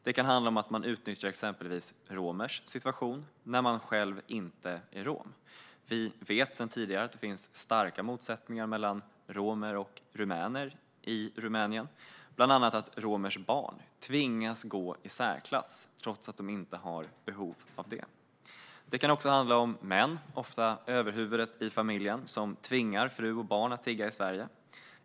Det kan handla om att man utnyttjar exempelvis romers situation när man själv inte är rom. Vi vet sedan tidigare att det finns starka motsättningar mellan romer och rumäner i Rumänien, bland annat att romers barn tvingas att gå i särklass trots att de inte har behov av det. Det kan också handla om män, ofta överhuvudet i familjen, som tvingar fru och barn att tigga i Sverige.